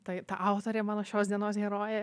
tai tą autorė mano šios dienos herojė